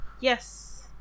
Yes